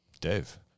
Dave